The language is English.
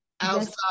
outside